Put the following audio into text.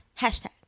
Hashtag